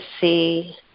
see